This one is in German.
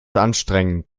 anstrengend